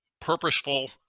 purposeful